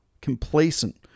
complacent